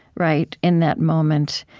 right, in that moment.